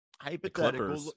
hypothetical